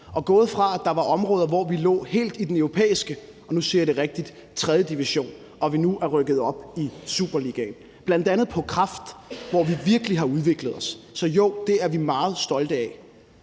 er gået fra, at der var områder, hvor vi lå helt i den europæiske – og nu siger jeg det rigtigt – tredje division og vi nu er rykket op i superligaen, bl.a. på kræftområdet, hvor vi virkelig har udviklet os. Så jo, det er vi meget stolte af.